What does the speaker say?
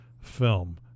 film